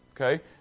okay